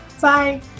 Bye